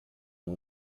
uma